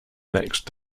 next